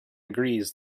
agrees